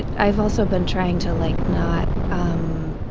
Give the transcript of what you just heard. i've also been trying to like not. um